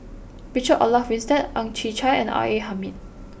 Richard Olaf Winstedt Ang Chwee Chai and R A Hamid